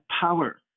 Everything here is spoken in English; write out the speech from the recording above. power